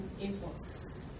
imports